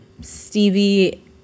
stevie